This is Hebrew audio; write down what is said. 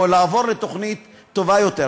או לעבור לתוכנית טובה יותר.